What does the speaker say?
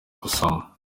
gusama